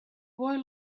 boy